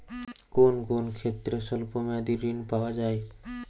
কোন কোন ক্ষেত্রে স্বল্প মেয়াদি ঋণ পাওয়া যায়?